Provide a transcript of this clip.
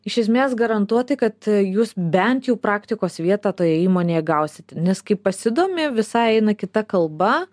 iš esmės garantuoti kad jūs bent jau praktikos vietą toje įmonėje gausit nes kai pasidomi visai eina kita kalba